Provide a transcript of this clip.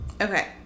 Okay